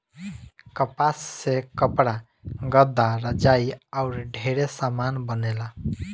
कपास से कपड़ा, गद्दा, रजाई आउर ढेरे समान बनेला